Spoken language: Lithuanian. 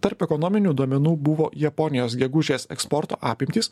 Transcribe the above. tarp ekonominių duomenų buvo japonijos gegužės eksporto apimtys